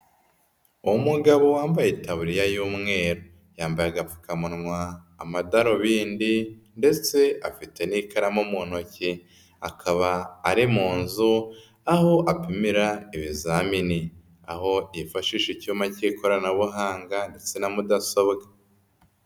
Umugabo wambaye itabuririya y'umweru, yambaye agapfukamunwa, amadarubindi ndetse afite n'ikaramu mu ntoki, akaba ari mu nzu aho apimira ibizamini, aho yifashisha icyuma k'ikoranabuhanga ndetse na mudasobwa.